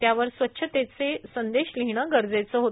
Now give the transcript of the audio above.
त्यावर स्वच्छतेचे संदेश लिहिणं गरजेचं आहे